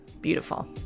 Beautiful